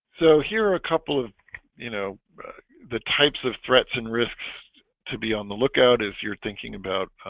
so here are a couple of you know the types of threats and risks to be on the lookout if you're thinking about